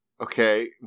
Okay